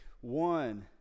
one